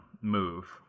move